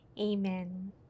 amen